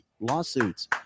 lawsuits